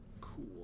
cool